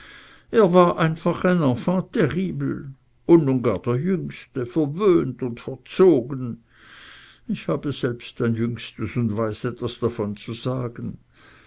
er war einfach ein enfant terrible und nun gar der jüngste verwöhnt und verzogen ich habe selbst ein jüngstes und weiß etwas davon zu sagen